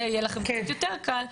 וזה יהיה לכם קצת יותר קל,